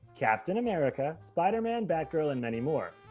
captain america, spider-man, bat girl, and many more!